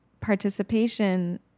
participation